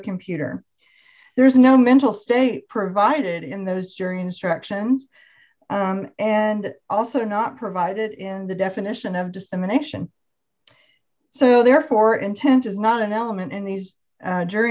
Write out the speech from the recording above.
computer there is no mental state provided in those jury instructions and also not provided in the definition of dissemination so therefore intent is not an element in these jury